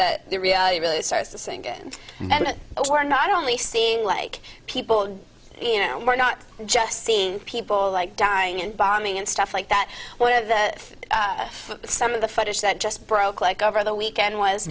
that reality really starts to sink in where not only seeing like people you know we're not just seeing people like dying and bombing and stuff like that one of the some of the footage that just broke like over the weekend was